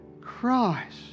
Christ